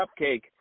cupcake